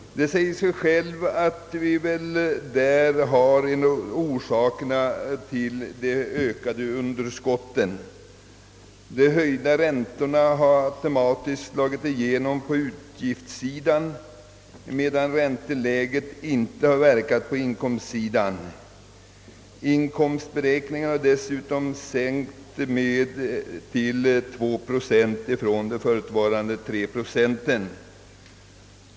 Det säger sig självt att vi häri har en av orsakerna till de ökade underskotten. De höjda räntorna har automatiskt slagit igenom på utgiftssidan medan ränteläget inte har inverkat på inkomstsidan. Procentsatsen för inkomstberäkningarna har dessutom sänkts från 3 procent till 2 procent.